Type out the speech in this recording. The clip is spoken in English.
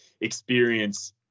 experience